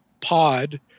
pod